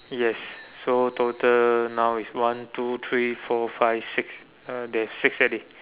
yes so total now is one two three four five six uh there is six already